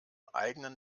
eigenen